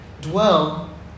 dwell